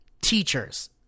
teachers